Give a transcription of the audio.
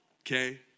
Okay